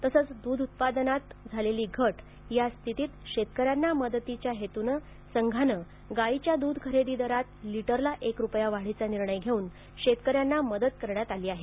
तसेच द्रध उत्पादनात झालेली घट या स्थितीत शेतकऱ्यांना मदतीच्या हेतूने संघाने गायीच्या द्रध खरेदी दरात लिटरला एक रुपया वाढीचा निर्णय घेऊन शेतकर्यांना मदत करण्यात आली आहे